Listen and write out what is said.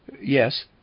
yes